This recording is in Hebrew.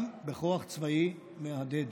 גם בכוח צבאי מהדהד,